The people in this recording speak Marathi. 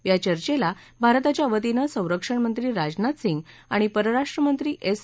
या चर्चेला भारताच्या वतीनं संरक्षणमंत्री राजनाथ सिंह आणि परराष्ट्रमंत्री एस